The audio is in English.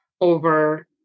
over